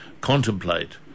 contemplate